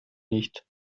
nicht